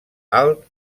alt